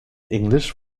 english